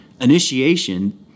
initiation